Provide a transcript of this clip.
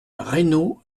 reynaud